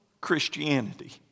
Christianity